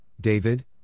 David